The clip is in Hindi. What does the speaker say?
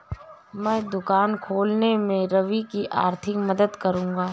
मैं दुकान खोलने में रवि की आर्थिक मदद करूंगा